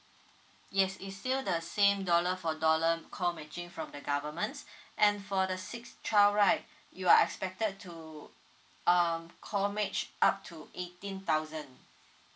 yes is still the same dollar for dollar call matching from the government and for the six twelve right you are expected to um calmage up to eighteen thousand